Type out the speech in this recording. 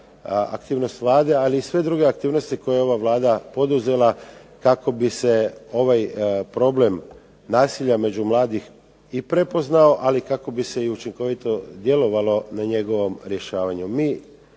aktivnost Vlade ali i sve druge aktivnosti koje je ova Vlada poduzela kako bi se ovaj problem nasilja među mladih i prepoznao kako bi se učinkovito djelovalo na njegovom rješavanju.